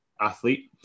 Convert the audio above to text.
athlete